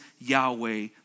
Yahweh